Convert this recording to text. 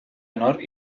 honor